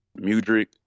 Mudrick